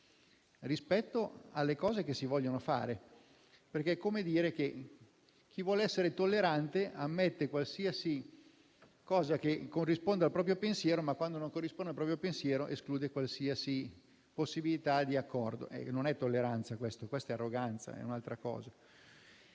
rispetto alle cose che si vogliono fare, perché è come dire che chi vuol essere tollerante ammette qualsiasi cosa che corrisponda al proprio pensiero, ma, quando non corrisponde al proprio pensiero, esclude qualsiasi possibilità di accordo. Questa non è tolleranza, ma arroganza, che è un'altra cosa.